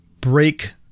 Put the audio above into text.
break